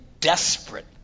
desperate